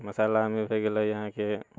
मसालामे भए गेलै अहाँकेँ